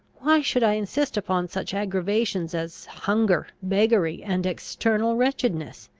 why should i insist upon such aggravations as hunger, beggary, and external wretchedness?